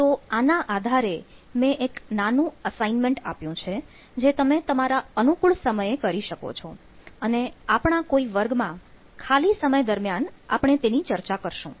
તો આના આધારે મેં એક નાનું અસાઇનમેન્ટ આપ્યું છે જે તમે તમારા અનુકૂળ સમય કરી શકો છો અને આપણા કોઈ વર્ગમાં ખાલી સમય દરમિયાન આપણે તેની ચર્ચા કરીશું